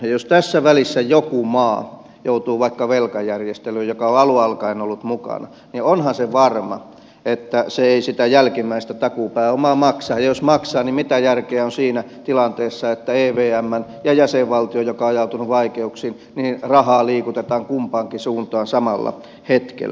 jos tässä välissä joku maa joka on alun alkaen ollut mukana joutuu vaikka velkajärjestelyyn niin onhan se varma että se ei sitä jälkimmäistä takuupääomaa maksa ja jos maksaa niin mitä järkeä on siinä tilanteessa että evmn ja jäsenvaltion joka on ajautunut vaikeuksiin rahaa liikutetaan kumpaankin suuntaan samalla hetkellä